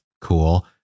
cool